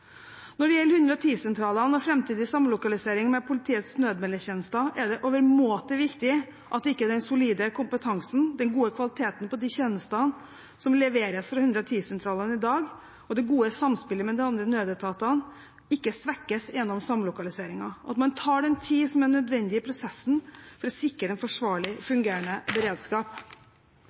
Når det gjelder 110-sentralene og framtidig samlokalisering med politiets nødmeldetjeneste, er det overmåte viktig at den solide kompetansen, den gode kvaliteten på de tjenestene som leveres fra 110-sentralene i dag, og det gode samspillet med de andre nødetatene ikke svekkes gjennom samlokaliseringen, at man tar den tid som er nødvendig i prosessen for å sikre en forsvarlig